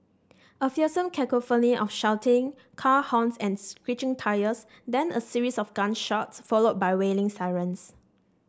a fearsome cacophony of shouting car horns and screeching tyres then a series of gunshots followed by wailing sirens